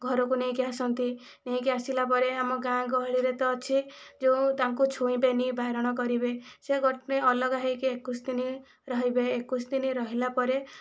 ଘରକୁ ନେଇକି ଆସନ୍ତି ନେଇକି ଆସିଲା ପରେ ଆମ ଗାଁ ଗହଳିରେ ତ ଅଛି ଯେଉଁ ତାଙ୍କୁ ଛୁଇଁବେନି ବାରଣ କରିବେ ସେ ଗୋଟିଏ ଅଲଗା ହୋଇକି ଏକୋଇଶ ଦିନ ରହିବେ ଏକୋଇଶ ଦିନ ରହିଲା ପରେ